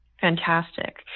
Fantastic